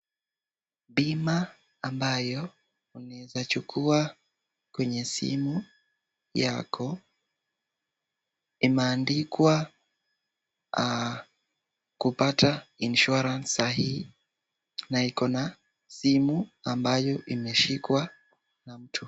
Bima ambayo unaeza chukua kwenye simu yako imeandikwa kupata (cs)insurance(cs) sahihi na iko na simu ambayo imeshikwa na mtu.